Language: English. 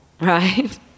right